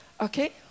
Okay